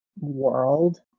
world